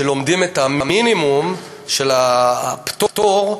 שלומדים את המינימום של הפטור,